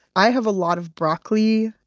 i have a lot of broccoli,